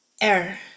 air